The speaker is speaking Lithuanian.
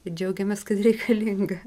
ir džiaugiamės kad reikalinga